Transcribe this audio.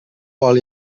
oli